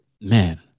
man